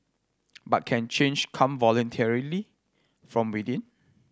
but can change come voluntarily from within